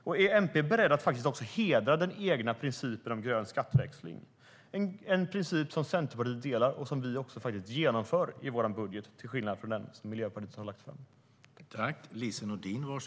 Och är Miljöpartiet också berett att hedra den egna principen om grön skatteväxling, en princip som vi i Centerpartiet delar och som vi faktiskt också genomför i vår budget till skillnad från vad Miljöpartiet gör i sin budget.